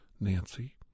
Nancy